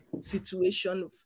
situation